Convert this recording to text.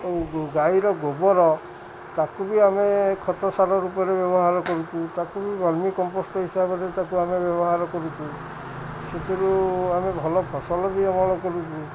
ଗାଈର ଗୋବର ତାକୁ ବି ଆମେ ଖତ ସାର ରୂପରେ ବ୍ୟବହାର କରୁଚୁ ତାକୁ ବି କମ୍ପୋଷ୍ଟ ହିସାବରେ ତାକୁ ଆମେ ବ୍ୟବହାର କରୁଛୁ ସେଥିରୁ ଆମେ ଭଲ ଫସଲ ବି ଅମଳ କରୁଛୁ